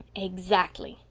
exactly.